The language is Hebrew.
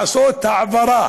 לעשות העברה